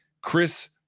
Chris